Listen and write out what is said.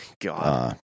God